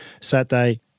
Saturday